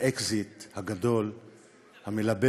האקזיט הגדול המלבב